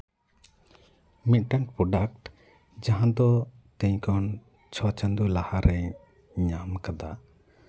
ᱢᱤᱫᱴᱮᱱ ᱯᱨᱚᱰᱟᱠᱴ ᱡᱟᱦᱟᱸ ᱫᱚ ᱛᱮᱦᱮᱧ ᱠᱷᱚᱱ ᱪᱷᱚ ᱪᱟᱸᱫᱳ ᱞᱟᱦᱟᱨᱮ ᱧᱟᱢ ᱠᱟᱫᱟ